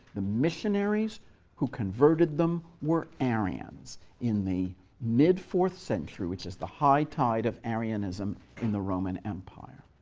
the missionaries who converted them were arians in the mid-fourth century, which is the high tide of arianism in the roman empire.